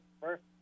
First